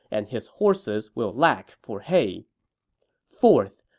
and his horses will lack for hay fourth,